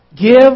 give